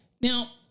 Now